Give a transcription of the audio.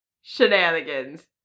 shenanigans